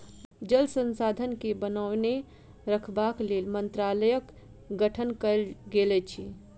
जल संसाधन के बनौने रखबाक लेल मंत्रालयक गठन कयल गेल अछि